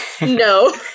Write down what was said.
No